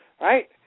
Right